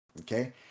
Okay